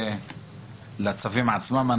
ניכנס לצווים עצמם.